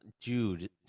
dude